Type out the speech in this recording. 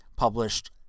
published